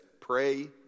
Pray